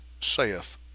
saith